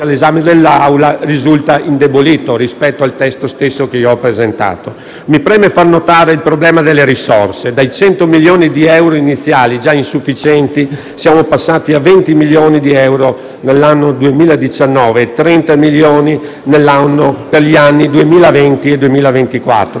Mi preme far notare il problema delle risorse. Dai 100 milioni di euro iniziali, già insufficienti, siamo passati a 20 milioni di euro per l'anno 2019 e a 30 milioni per gli anni 2020-2024 e a 10 milioni di euro a